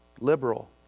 liberal